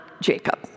Jacob